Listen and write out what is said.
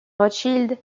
rothschild